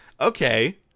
Okay